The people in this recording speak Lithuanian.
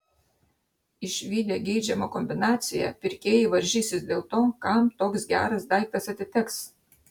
išvydę geidžiamą kombinaciją pirkėjai varžysis dėl to kam toks geras daiktas atiteks